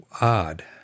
odd